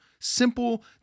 simple